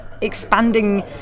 expanding